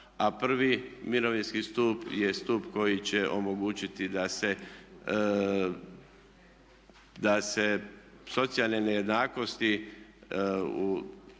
a prvi mirovinski stup je stup koji će omogućiti da se socijalne nejednakosti i